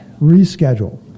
reschedule